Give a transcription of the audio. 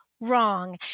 Wrong